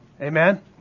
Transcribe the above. Amen